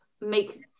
make